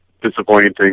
disappointing